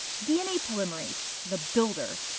dna polymerase the builder.